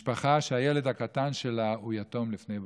משפחה שהילד הקטן שלה הוא יתום לפני בר-מצווה.